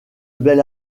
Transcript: belle